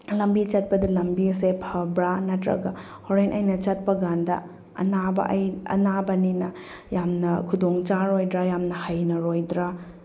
ꯂꯝꯕꯤ ꯆꯠꯄꯗ ꯂꯝꯕꯤꯁꯦ ꯐꯕ꯭ꯔꯥ ꯅꯠꯇ꯭ꯔꯒ ꯍꯣꯔꯦꯟ ꯑꯩꯅ ꯆꯠꯄꯀꯥꯟꯗ ꯑꯅꯥꯕ ꯑꯩ ꯑꯅꯥꯕꯅꯤꯅ ꯌꯥꯝꯅ ꯈꯨꯗꯣꯡꯆꯥꯔꯣꯏꯗ꯭ꯔꯥ ꯌꯥꯝꯅ ꯍꯩꯅꯔꯣꯏꯗ꯭ꯔꯥ